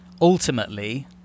ultimately